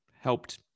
helped